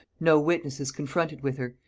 no witnesses confronted with her,